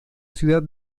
ciudad